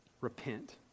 repent